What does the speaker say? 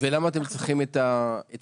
ולמה אתם צריכים את הכנסת?